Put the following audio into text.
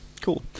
Cool